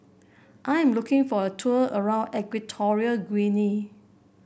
I am looking for a tour around Equatorial Guinea